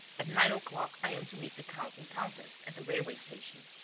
at nine o'clock, i am to meet the count and countess at the railway station.